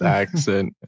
accent